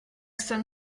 jsem